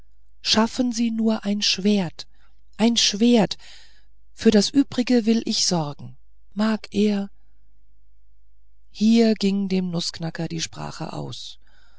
schaffen sie nur ein schwert ein schwert für das übrige will ich sorgen mag er hier ging dem nußknacker die sprache aus